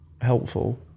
helpful